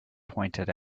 pointed